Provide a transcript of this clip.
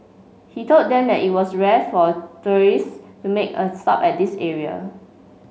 he told them that it was rare for tourists to make a stop at this area